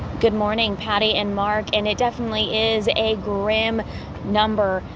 good morning, patty and mark and it definitely is a gram number.